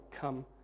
come